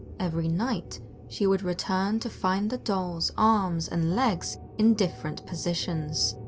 every night she would return to find the doll's arms and legs in different positions.